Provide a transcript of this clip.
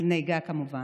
בנהיגה, כמובן,